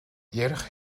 ярих